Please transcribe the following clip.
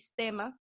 Sistema